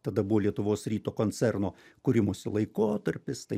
tada buvo lietuvos ryto koncerno kūrimosi laikotarpis tai